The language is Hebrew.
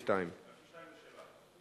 52). 52 זה שלך.